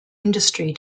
industry